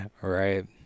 Right